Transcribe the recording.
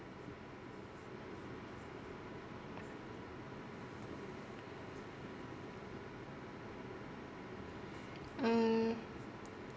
mm